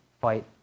fight